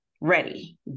Ready